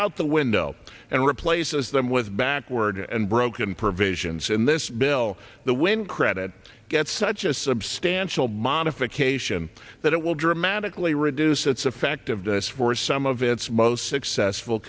out the window and replaces them with backward and broken provisions in this bill the when credit gets such a substantial modification that it will dramatically reduce its effect of this for some of its most successful